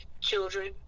children